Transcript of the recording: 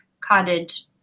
Cottage